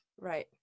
Right